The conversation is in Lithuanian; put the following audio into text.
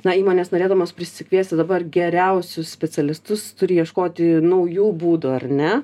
na įmonės norėdamos prisikviesti dabar geriausius specialistus turi ieškoti naujų būdų ar ne